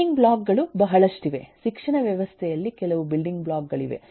building block ಗಳು ಬಹಳಷ್ಟಿವೆ ಶಿಕ್ಷಣ ವ್ಯವಸ್ಥೆಯಲ್ಲಿ ಕೆಲವು ಬಿಲ್ಡಿಂಗ್ ಬ್ಲಾಕ್ ಗಳಿವೆ